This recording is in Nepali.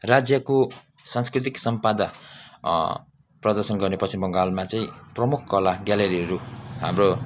राज्यको सांस्कृतिक सम्पदा प्रदर्शन गर्ने पश्चिम बङ्गालमा चाहिँ प्रमुख कला ग्यालेरीहरू हाम्रो